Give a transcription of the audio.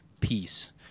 peace